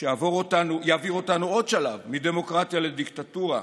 שיעביר אותנו עוד שלב מדמוקרטיה לדיקטטורה?